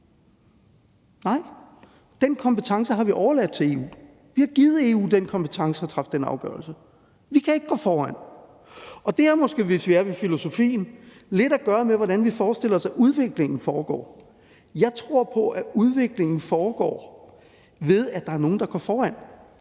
Nej, den kompetence har vi overladt til EU. Vi har givet EU den kompetence at træffe den afgørelse. Vi kan ikke gå foran. Og det har måske – hvis vi er ved filosofien – lidt at gøre med, hvordan vi forestiller os at udviklingen foregår. Jeg tror på, at udviklingen foregår, ved at der er nogle, der går foran.